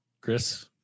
Chris